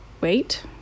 wait